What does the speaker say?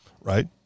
right